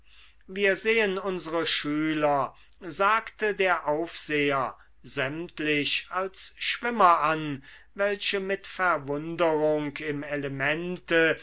wir sehen unsere schüler sagte der aufseher sämtlich als schwimmer an welche mit verwunderung im elemente